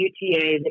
UTA